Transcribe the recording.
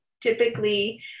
typically